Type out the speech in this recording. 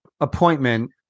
appointment